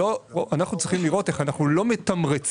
אנחנו צריכים לראות איך אנחנו לא מתמרצים